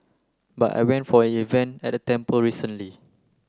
but I went for an event at a temple recently